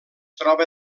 troba